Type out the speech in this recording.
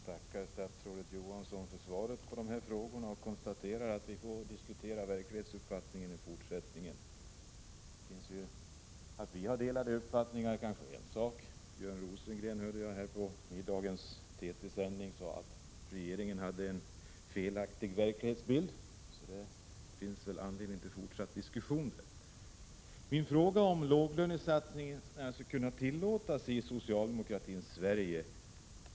Herr talman! Jag tackar statsrådet Johansson för svaret på mina frågor och konstaterar att vi får diskutera verklighetsuppfattningen i fortsättningen. Att vi har delade meningar är en sak. Björn Rosengren hörde jag vid middagens TT-sändning säga att regeringen hade en felaktig verklighetsbild. Så det finns väl anledning till fortsatt diskussion därvidlag. Mina frågor gällde om låglönesatsning skulle kunna tillåtas i socialdemokratins Sverige.